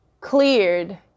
cleared